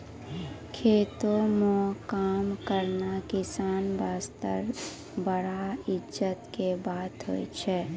खेतों म काम करना किसान वास्तॅ बड़ा इज्जत के बात होय छै